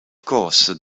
course